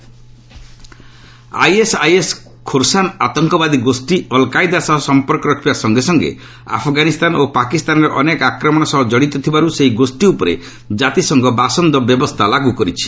ISIS Khorasan ISIS Khorasan ଆତଙ୍କବାଦୀ ଗୋଷୀ al Qaeda ସହ ସମ୍ପର୍କ ରଖିବା ସଙ୍ଗେ ସଙ୍ଗେ ଆଫ୍ଗାନିସ୍ତାନ ଓ ପାକିସ୍ତାନରେ ଅନେକ ଆକ୍ରମଣ ସହ ଜଡ଼ିତ ଥିବାରୁ ସେହି ଗୋଷ୍ଠୀ ଉପରେ ଜାତିସଂଘ ବାସନ୍ଦ ବ୍ୟବସ୍ଥା ଲାଗୁ କରିଛି